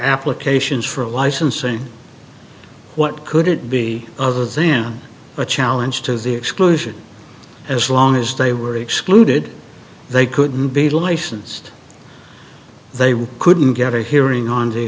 applications for licensing what could it be other than a challenge to the exclusion as long as they were excluded they couldn't be licensed they were couldn't get a hearing on the